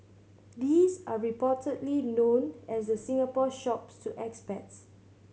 these are reportedly known as the Singapore Shops to expats